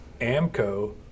Amco